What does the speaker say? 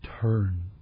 Turn